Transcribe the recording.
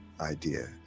idea